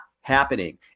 happening